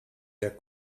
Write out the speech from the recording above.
der